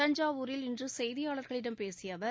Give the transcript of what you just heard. தஞ்சாவூரில் இன்று செய்தியாளர்களிடம் பேசிய அவர்